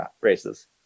races